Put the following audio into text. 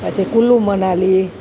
પછી કુલુ મનાલી